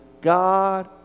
God